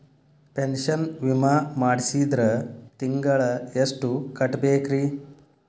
Pension ವಿಮಾ ಮಾಡ್ಸಿದ್ರ ತಿಂಗಳ ಎಷ್ಟು ಕಟ್ಬೇಕ್ರಿ?